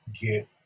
get